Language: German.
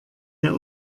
der